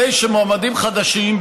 הרי שמועמדים חדשים,